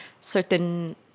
certain